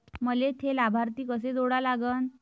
मले थे लाभार्थी कसे जोडा लागन?